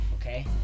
Okay